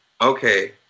Okay